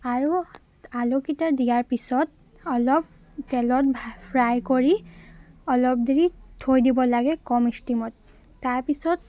আৰু আলুকেইটা দিয়াৰ পিছত অলপ তেলত ফ্ৰাই কৰি অলপ দেৰি থৈ দিব লাগে কম ষ্টীমত তাৰপিছত